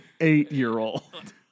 eight-year-old